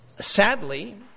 sadly